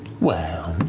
well,